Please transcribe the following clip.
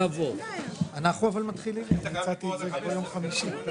מי בעד קבלת ההסתייגות מספר 7?